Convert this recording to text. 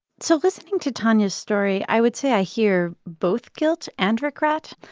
so listening to tanya's story, i would say i hear both guilt and regret.